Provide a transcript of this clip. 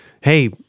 Hey